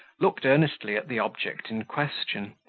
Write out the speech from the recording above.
looked earnestly at the object in question,